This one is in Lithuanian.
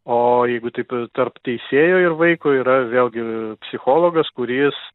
o jeigu taip tarp teisėjo ir vaiko yra vėlgi psichologas kuris